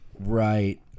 Right